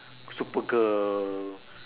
supergirl